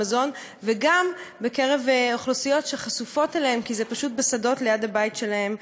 וגם בקרב אוכלוסיות שחשופות אליהם כי זה פשוט בשדות ליד הבית שלהן.